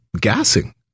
gassing